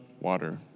water